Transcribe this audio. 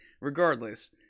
Regardless